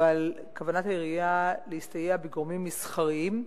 אבל כוונת העירייה להסתייע בגורמים מסחריים.